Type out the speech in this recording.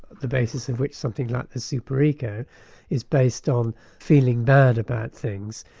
the basis of which something like the super ego is based on feeling bad about things,